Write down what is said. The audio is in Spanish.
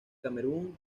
camerún